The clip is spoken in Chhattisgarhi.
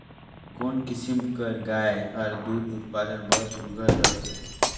कोन किसम कर गाय हर दूध उत्पादन बर सुघ्घर रथे?